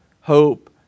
hope